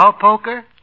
poker